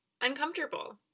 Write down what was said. uncomfortable